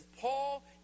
Paul